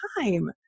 time